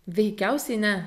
veikiausiai ne